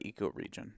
ecoregion